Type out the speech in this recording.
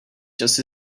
just